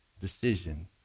decision